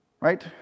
right